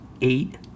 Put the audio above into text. Eight